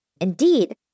Indeed